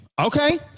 Okay